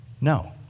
No